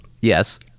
Yes